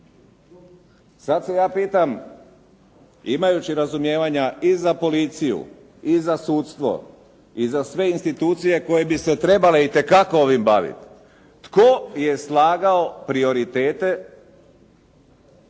Sad se ja pitam imajući razumijevanja i za policiju i za sudstvo i za sve institucije koje bi se trebale itekako ovim baviti tko je slagao prioritete